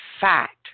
fact